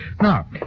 Now